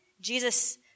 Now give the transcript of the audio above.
Jesus